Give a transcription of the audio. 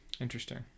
Interesting